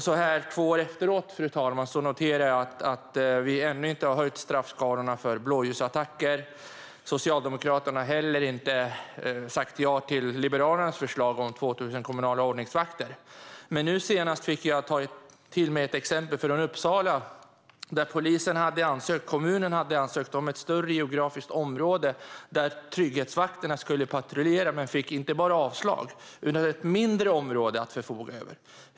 Så här två år senare noterar jag att vi ännu inte har höjt straffskalorna för blåljusattacker. Socialdemokraterna har heller inte sagt ja till Liberalernas förslag om 2 000 kommunala ordningsvakter. Nu senast fick jag höra ett exempel från Uppsala där kommunen hade ansökt om ett större geografiskt område för trygghetsvakterna att patrullera i, men man fick inte bara avslag utan ett mindre område att förfoga över.